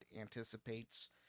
anticipates